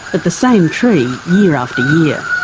at the same tree, year after year.